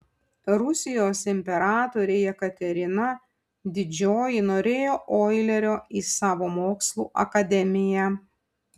rusijos imperatorė jekaterina didžioji norėjo oilerio į savo mokslų akademiją